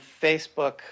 Facebook